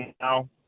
now